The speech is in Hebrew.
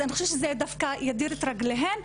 אני חושבת שזה דווקא ידיר את רגליהן.